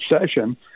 session